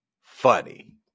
funny